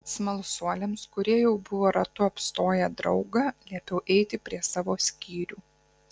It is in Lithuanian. smalsuoliams kurie jau buvo ratu apstoję draugą liepiau eiti prie savo skyrių